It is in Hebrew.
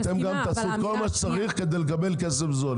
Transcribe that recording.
אתם גם תעשו כל מה שצריך כדי לקבל כסף זול,